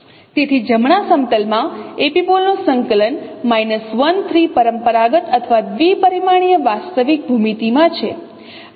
તેથી જમણા સમતલમાં એપિપોલ નું સંકલન 1 3 પરંપરાગત અથવા દ્વિપરિમાણીય વાસ્તવિક ભૂમિતિમાં છે